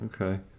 Okay